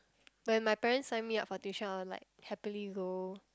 when my parents sign me up for tuition I will like happily go